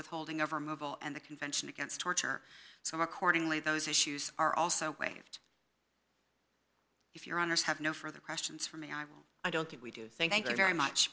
withholding of our mobile and the convention against torture some accordingly those issues are also waived if your honour's have no further questions for me i will i don't think we do thank you very much